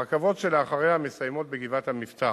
הרכבות שלאחריה מסיימות בגבעת-המבתר,